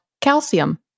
calcium